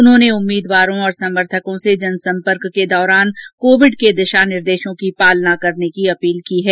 उन्होंने उम्मीदवारों और समर्थकों से जनसंपर्क करने के दौरान कोविड के दिशा निर्देशों की पालना करने की अपील की है